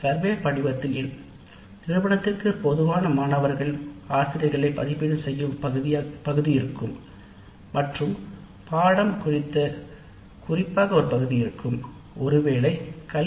இவ்வகை மதிப்பீட்டு படிவம் அந்த நிறுவனத்தின் மாணவர்களால் ஆசிரியர்களை மதிப்பீடு செய்ய உதவி செய்யும் வகையில் அமைக்கப்படலாம்